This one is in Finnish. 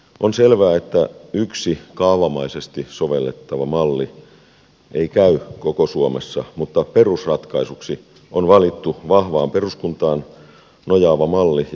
on selvää että yksi kaavamaisesti sovellettava malli ei käy koko suomessa mutta perusratkaisuksi on valittu vahvaan peruskuntaan nojaava malli ja hyvä niin